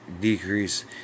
decrease